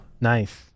Nice